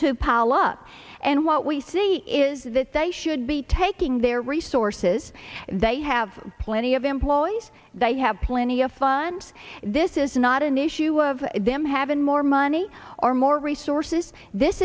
pile up and what we see is that they should be taking their resources they have plenty of employees that have plenty of funds this is not an issue of them having more money or more resources this